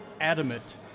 adamant